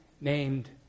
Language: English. Named